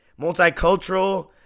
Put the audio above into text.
multicultural